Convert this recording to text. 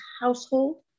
household